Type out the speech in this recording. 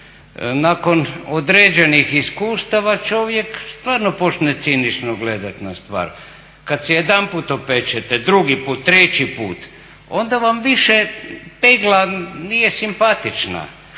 Nakon određenih iskustava čovjek stvarno počne cinično gledati na stvar. Kada se jedanput opečete, drugi put, treći put, onda vam više pegla nije simpatična.